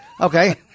Okay